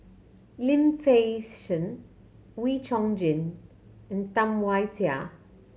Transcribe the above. Lim Fei Shen Wee Chong Jin and Tam Wai Jia